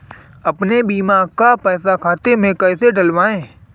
अपने बीमा का पैसा खाते में कैसे डलवाए?